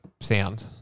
sound